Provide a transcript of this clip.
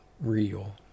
real